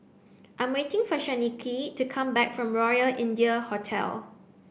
I'm waiting for Shanequa to come back from Royal India Hotel